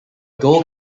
gold